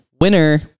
winner